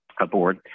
aboard